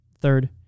Third